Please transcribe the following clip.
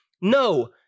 No